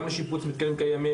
גם לשיפוץ מתקנים קיימים,